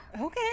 Okay